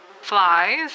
flies